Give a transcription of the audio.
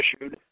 issued